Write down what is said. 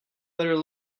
better